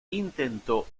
intentó